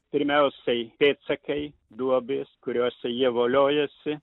pirmiausiai pėdsakai duobės kuriose jie voliojasi